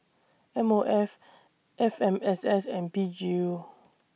M O F F M S S and P G U